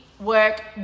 work